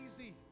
easy